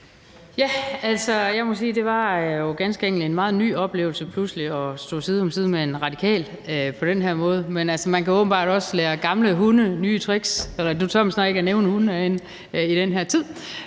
(DD): Jeg må sige, at det ganske enkelt var en meget ny oplevelse pludselig at stå side om side med en radikal på den her måde, men man kan åbenbart også lære gamle hunde nye tricks. Nu tør man snart ikke at nævne hunde herinde i den her tid.